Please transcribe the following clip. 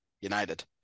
United